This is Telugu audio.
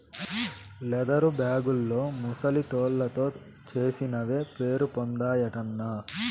లెదరు బేగుల్లో ముసలి తోలుతో చేసినవే పేరుపొందాయటన్నా